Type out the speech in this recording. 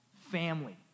family